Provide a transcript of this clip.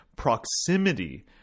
Proximity